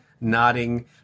nodding